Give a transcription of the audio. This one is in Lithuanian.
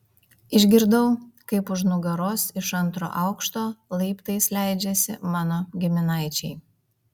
išgirdau kaip už nugaros iš antro aukšto laiptais leidžiasi mano giminaičiai